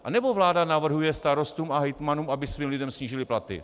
Anebo vláda navrhuje starostům a hejtmanům, aby svým lidem snížili platy?